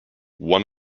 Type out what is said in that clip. one